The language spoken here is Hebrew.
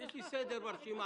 יש לי סדר ברשימה.